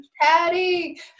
Patty